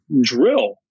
drill